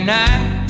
night